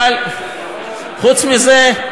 אבל חוץ מזה,